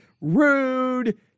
rude